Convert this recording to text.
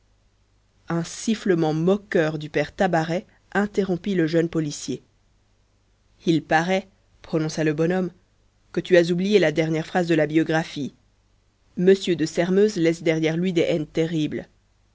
un sifflement moqueur du père tabaret interrompit le jeune policier il parait prononça le bonhomme que tu as oublié la dernière phrase de la biographie m de sairmeuse laisse derrière lui des haines terribles